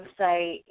website